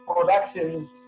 production